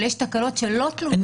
אבל יש תקלות שלא תלויות בנו.